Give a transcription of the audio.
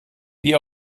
wie